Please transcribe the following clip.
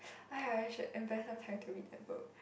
I should invest some time to read the book